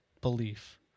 belief